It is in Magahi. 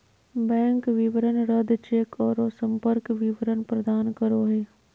बैंक विवरण रद्द चेक औरो संपर्क विवरण प्रदान करो हइ